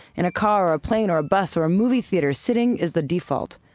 in a car or a plane or a bus or a movie theater, sitting is the default.